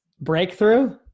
Breakthrough